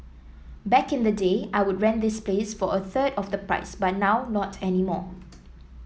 back in the day I would rent this place for a third of the price but now not anymore